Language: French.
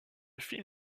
film